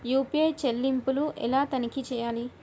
UPI చెల్లింపులు ఎలా తనిఖీ చేయాలి?